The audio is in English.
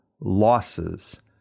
losses